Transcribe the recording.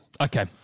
Okay